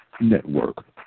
Network